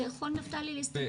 אתה יכול, נפתלי, להסתכל?